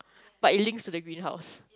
but it links to the greenhouse